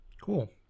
cool